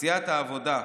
סיעת העבודה,